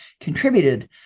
contributed